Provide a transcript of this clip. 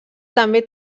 també